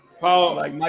Paul